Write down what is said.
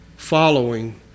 following